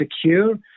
secure